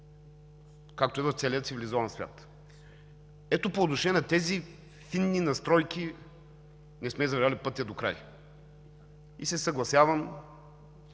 както е в целия цивилизован свят. Ето по отношение на тези фини настройки не сме извървели пътя докрай. Съгласявам